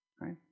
right